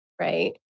right